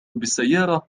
بالسيارة